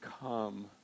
come